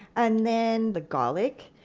and then the garlic,